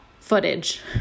footage